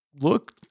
Look